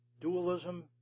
Dualism